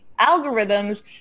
algorithms